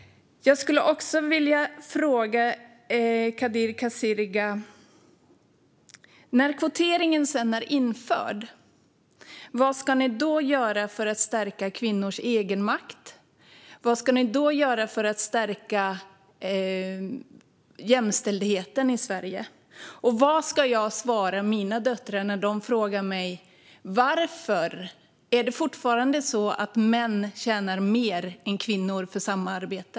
Jag skulle också vilja fråga Kadir Kasirga: När kvoteringen sedan är införd, vad ska ni då göra för att stärka kvinnors egenmakt? Vad ska ni då göra för att stärka jämställdheten i Sverige? Och vad ska jag svara mina döttrar när de frågar mig varför det fortfarande är så att män tjänar mer än kvinnor för samma arbete?